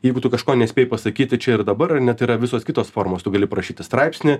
jeigu tu kažko nespėjai pasakyti čia ir dabar ar ne tai yra visos kitos formos tu gali parašyti straipsnį